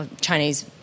Chinese